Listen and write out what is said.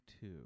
two